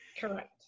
Correct